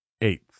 Eighth